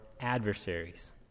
adversaries